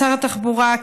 שר התחבורה,